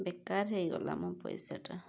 ବେକାର୍ ହେଇଗଲା ମୋ ପଇସାଟା